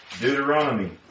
Deuteronomy